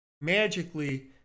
magically